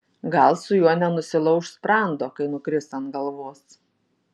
gal su juo nenusilauš sprando kai nukris ant galvos